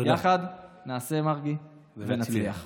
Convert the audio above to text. יחד נעשה, מרגי, ונצליח.